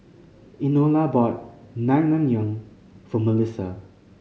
Enola bought Naengmyeon for Mellisa